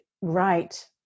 right